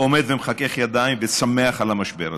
עומד ומחכך ידיים ושמח על המשבר הזה.